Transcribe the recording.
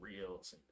reels